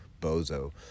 bozo